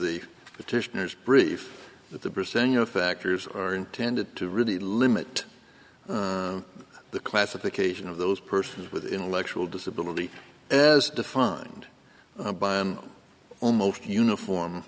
you're factors are intended to really limit the classification of those persons with intellectual disability as defined by almost uniform